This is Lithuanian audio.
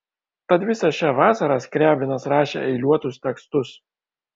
tad visą šią vasarą skriabinas rašė eiliuotus tekstus